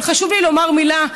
אבל חשוב לי לומר מילה,